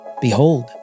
Behold